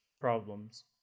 problems